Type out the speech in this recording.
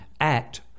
act